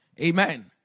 amen